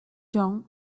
young